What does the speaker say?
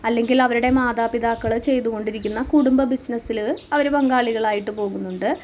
അല്ലെങ്കിൽ അവരുടെ മാതാപിതാക്കള് ചെയ്ത് കൊണ്ടിരിക്കുന്ന കുടുമ്പ ബിസ്നസ്ല് അവര് പങ്കാളികളായിട്ട് പോകുന്നുണ്ട്